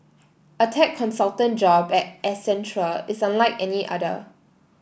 a tech consultant job at Accentual is unlike any other